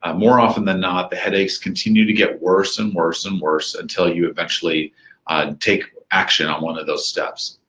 um more often than not the headaches continue to get worse and worse and worse until you eventually take action on one of those steps.